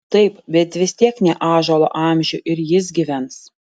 taip bet vis tiek ne ąžuolo amžių ir jis gyvens